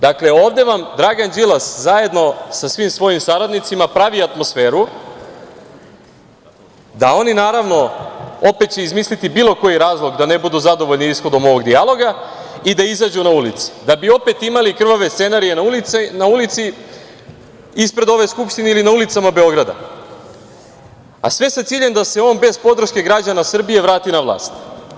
Dakle, ovde vam Dragan Đilas zajedno sa svim svojim saradnicima pravi atmosferu da će oni, naravno, opet izmisliti bilo koji razlog da ne budu zadovoljni ishodom ovog dijaloga i da izađu na ulice, da bi opet imali krvave scenarije na ulici ispred ove Skupštine ili na ulicama Beograda, a sve sa ciljem da se on bez podrške građana Srbije vrati na vlast.